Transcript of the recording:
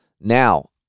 Now